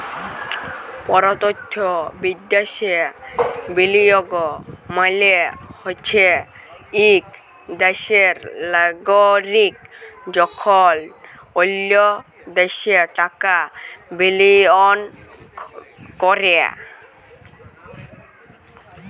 পরতখ্য বিদ্যাশে বিলিয়গ মালে হছে ইক দ্যাশের লাগরিক যখল অল্য দ্যাশে টাকা বিলিয়গ ক্যরে